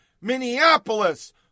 Minneapolis